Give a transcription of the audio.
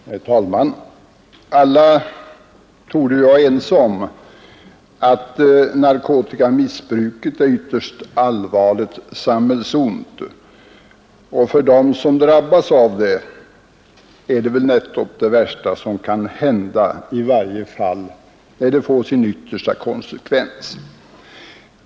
Herr talman! Alla torde vi vara ense om att narkotikamissbruket är ett ytterst allvarligt samhällsont, och för dem som drabbas av det är det nättopp det värsta som kan hända, i varje fall när det får sin yttersta konsekvens.